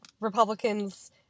Republicans